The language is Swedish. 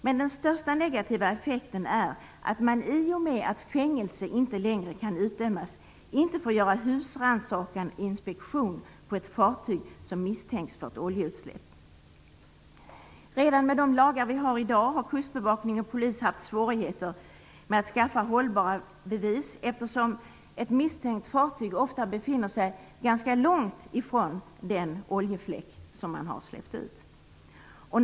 Men den största negativa effekten är att man, i och med att fängelsestraff inte längre kan utdömas, inte får göra husrannsakan eller inspektion på ett fartyg som misstänks för ett oljeutsläpp. Redan med de lagar som vi har i dag har kustbevakning och polis haft svårigheter att skaffa hållbara bevis, eftersom ett misstänkt fartyg ofta befinner sig ganska långt ifrån den utsläppta oljefläcken.